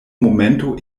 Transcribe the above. momento